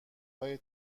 های